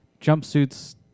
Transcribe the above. jumpsuits